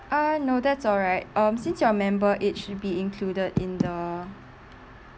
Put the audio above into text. uh no that's all right um since you're a member it should be included in the